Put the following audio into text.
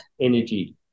energy